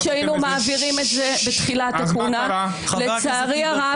מכובדי חבר הכנסת מקלב,